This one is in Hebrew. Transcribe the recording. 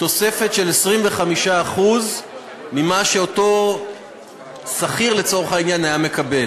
תוספת של 25% ממה שאותו שכיר לצורך העניין היה מקבל.